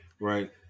Right